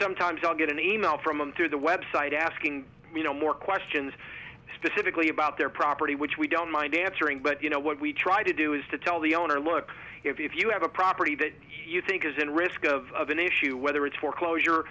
sometimes i'll get an e mail from them through the website asking more questions specifically about their property which we don't mind answering but you know what we try to do is to tell the owner look if you have a property that you think is in risk of an issue whether it's foreclosure